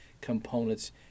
components